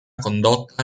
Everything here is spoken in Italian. condotta